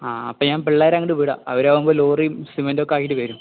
ആ അപ്പം ഞാൻ പിള്ളേരെ അങ്ങോട്ട് വിടാം അവര് ആകുമ്പോൾ ലോറിയും സിമൻറ്റ് ഒക്കെ അതില് വരും